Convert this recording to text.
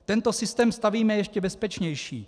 Tento systém stavíme ještě bezpečnější.